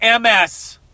MS